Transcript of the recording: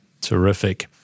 Terrific